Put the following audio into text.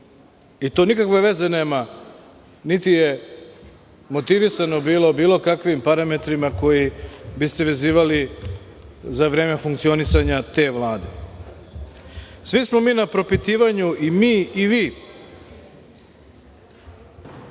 nikakve veze nema, niti je motivisano bilo bilo kakvim parametrima koji bi se vezivali za vreme funkcionisanja te Vlade. Svi smo mi na propitivanju, i mi i